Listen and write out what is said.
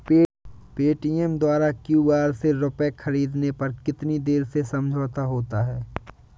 Paytm द्वारा QR से रूपए ख़रीदने पर कितनी देर में समझौता होता है?